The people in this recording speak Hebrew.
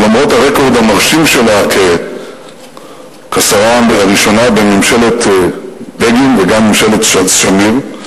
ולמרות הרקורד המרשים שלה כשרה הראשונה בממשלת בגין וגם בממשלת שמיר,